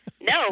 no